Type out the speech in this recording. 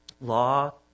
Law